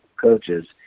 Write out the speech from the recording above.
coaches